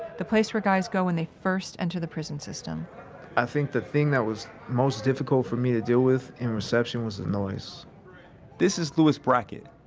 the place where guys go when they first enter the prison system i think the thing that was most difficult for me to deal with in reception was the noise this is louis brackett.